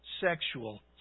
sexual